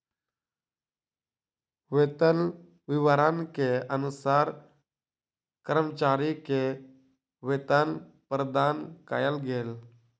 वेतन विवरण के अनुसार कर्मचारी के वेतन प्रदान कयल गेल